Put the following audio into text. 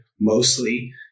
mostly